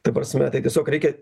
ta prasme tai tiesiog reikia